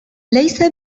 ليس